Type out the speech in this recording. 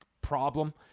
problem